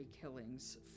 killings